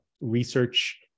research